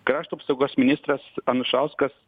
krašto apsaugos ministras anušauskas